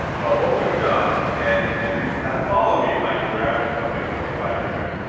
but what we've done and if you have followed me in my career, i've been cooking twenty five years.